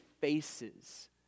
faces